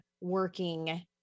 working